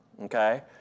okay